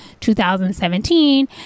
2017